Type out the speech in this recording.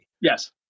Yes